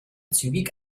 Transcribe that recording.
zügig